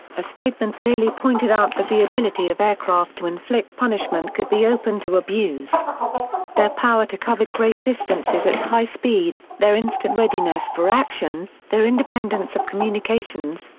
a statement clearly pointed out that the ability of aircraft to inflict punishment could be open to abuse their power to cover great distances at high speed, their instant readiness for action, their independence of communications,